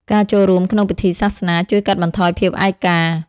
ការចូលរួមក្នុងពិធីសាសនាជួយកាត់បន្ថយភាពឯកា។